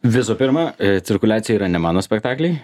visų pirma cirkuliacija yra ne mano spektakliai